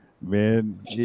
Man